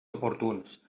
oportuns